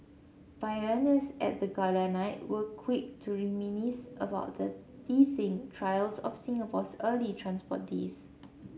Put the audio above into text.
pioneers at the gala night were quick to reminisce about the teething trials of Singapore's early transport days